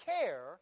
care